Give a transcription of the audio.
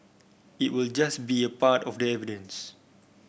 it will just be a part of the evidence